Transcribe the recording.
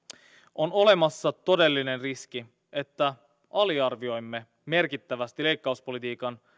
on olemassa todellinen riski että aliarvioimme merkittävästi leikkauspolitiikan